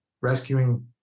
rescuing